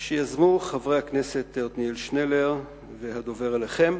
שיזמו חברי הכנסת עתניאל שנלר והדובר אליכם.